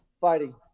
fighting